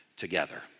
Together